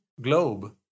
globe